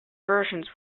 versions